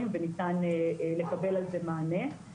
וזה נכלל אצלי בקריטריונים וניתן לקבל על זה מענה תקציבי.